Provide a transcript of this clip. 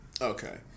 Okay